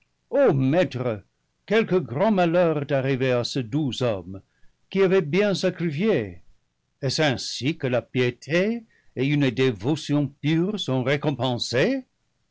maître quelque grand malheur est arrivé à ce doux homme qui avait bien sacrifié est-ce ainsi que la piété et une dévotion pure sont récompensées